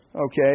okay